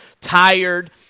tired